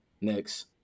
Next